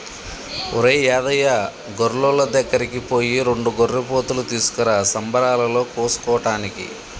ఒరేయ్ యాదయ్య గొర్రులోళ్ళ దగ్గరికి పోయి రెండు గొర్రెపోతులు తీసుకురా సంబరాలలో కోసుకోటానికి